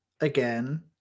again